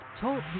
Talk